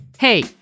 Hey